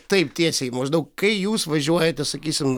taip tiesiai maždaug kai jūs važiuojate sakysim